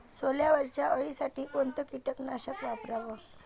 सोल्यावरच्या अळीसाठी कोनतं कीटकनाशक वापराव?